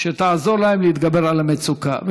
שתעזור להם להתגבר על המצוקה.